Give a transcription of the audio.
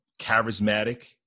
Charismatic